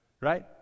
Right